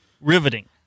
Riveting